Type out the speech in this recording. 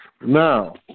Now